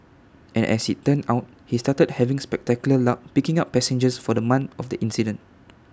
and as IT turned out he started having spectacular luck picking up passengers for the month of the incident